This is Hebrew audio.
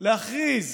להכריז